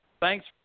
thanks